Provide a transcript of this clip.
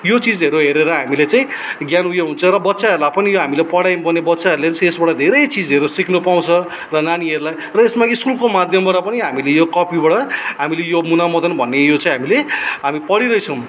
यो चिजहरू हेरेर हामीले चाहिँ ज्ञान उयो हुन्छ र बच्चाहरूलाई पनि यो हामीले पढाइ गर्ने बच्चाहरूले चाहिँ यसबाट धेरै चिजहरू सिक्नु पाउँछ र नानीहरूलाई र यसमा स्कुलको माध्यमबाट पनि हामीले यो कपीबाट हामीले यो मुनामदन भन्ने यो चाहिँ हामीले हामी पढिरहेछौँ